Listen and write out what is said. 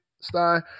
Stein